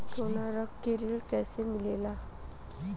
सोना रख के ऋण कैसे मिलेला?